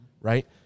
Right